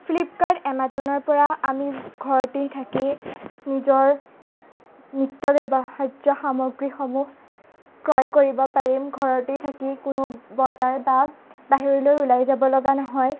Flipkart এমাজনৰ পৰা আমি ঘৰতেই থাকি নিজৰ নিত্য ব্যৱহাৰ্য্য় সামগ্ৰীসমূহ ক্ৰয় কৰিব পাৰিম ঘৰতেই থাকি কোনো বজাৰ বা বাহিৰলৈ ওলাই যাবলগা নহয়